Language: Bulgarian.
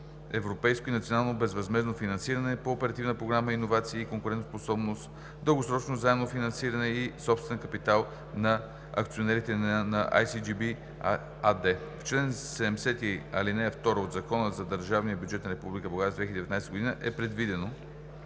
европейско и национално безвъзмездно финансиране по Оперативна програма „Иновации и конкурентоспособност“, дългосрочно заемано финансиране и собствен капитал на акционерите на „Ай Си Джи Би“АД. В чл. 70, ал. 2 от Закона за държавния бюджет на Република България за 2019 г. е предвидено